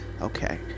Okay